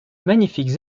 magnifiques